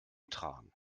tragen